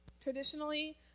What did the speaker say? traditionally